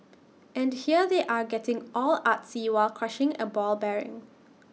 and here they are getting all artsy while crushing A ball bearing